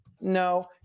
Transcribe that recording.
No